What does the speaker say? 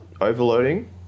overloading